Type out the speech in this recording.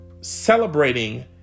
celebrating